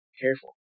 careful